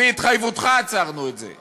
לפי התחייבותך עצרנו את זה.